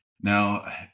Now